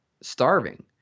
starving